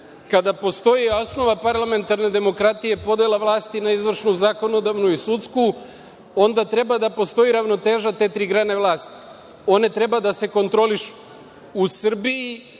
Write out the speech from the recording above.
postoji osnova parlamentarne demokratije, podela vlasti na izvršnu, zakonodavnu i sudsku, onda treba da postoji ravnoteža te tri grane vlasti. One treba da se kontrolišu. U Srbiji